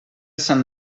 sant